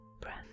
breath